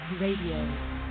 Radio